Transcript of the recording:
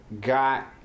got